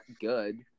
good